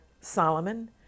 Solomon